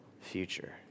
future